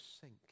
sink